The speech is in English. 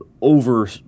over-